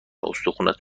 استخونات